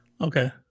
Okay